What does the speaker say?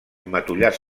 matollars